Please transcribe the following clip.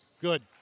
Good